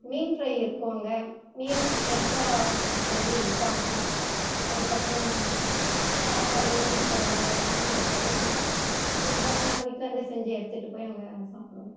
மீன் fry இருக்கும் அங்கே மீன் ஃப்ரெஷ்ஷாக செஞ்சு விற்பாங்க அதுக்கப்புறம் சாப்பாடு மீன் குழம்பு எல்லாமே அங்கே கிடைக்கும் பட் நாங்கள் வீட்லருந்தே செஞ்சு எடுத்துகிட்டு போய் அங்கே சாப்பிடுவோம்